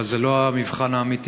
אבל זה לא המבחן האמיתי.